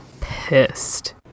pissed